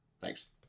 Thanks